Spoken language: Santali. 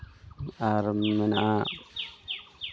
ᱟᱨ ᱢᱮᱱᱟᱜᱼᱟ